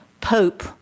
Pope